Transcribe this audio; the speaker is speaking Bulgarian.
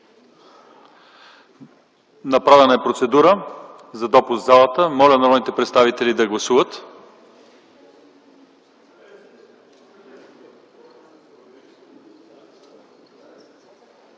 Направена е процедура за допуск в залата, моля народните представители да гласуват.